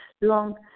long